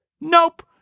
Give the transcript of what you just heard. Nope